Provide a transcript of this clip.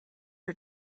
her